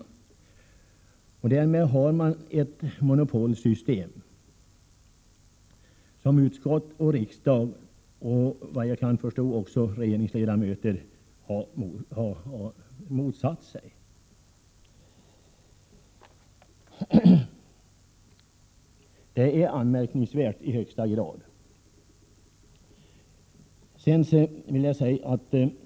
— Prot. 1987/88:134 Därmed har man ett monopolsystem som utskott, riksdag och, såvitt jag kan 6 juni 1988 förstå, även regeringsledamöter har motsatt sig. Det är anmärkningsvärt i högsta grad.